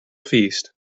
feast